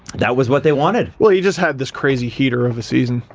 that was what they wanted. well, you just had this crazy heater of a season,